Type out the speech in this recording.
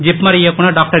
ஜிப்மர் இயக்குநர் டாக்டர்